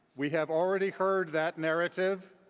we have already heard that narrative.